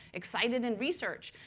excited in research.